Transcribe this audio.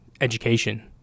education